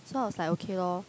so I was like okay lor